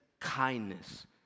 kindness